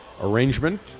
arrangement